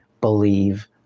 believe